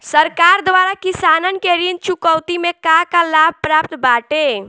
सरकार द्वारा किसानन के ऋण चुकौती में का का लाभ प्राप्त बाटे?